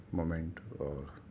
moment اور